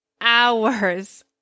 hours